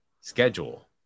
Schedule